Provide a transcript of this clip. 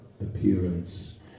appearance